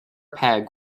peg